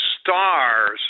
stars